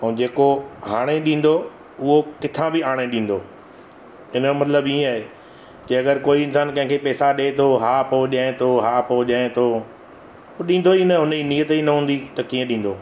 ऐं जेको हाणे बि ॾींदो उहो किथां बि आणे ॾींदो इन जो मतिलबु ईअं आहे जे अगरि कोई इन्सानु कंहिंखे पेसा ॾे थो हा पोइ ॾिएं हा पोइ ॾिएं थो उहो ॾींदो ई न हुन जी नियत ई न हूंदी त कीअं ॾींदो